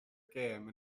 gêm